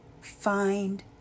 find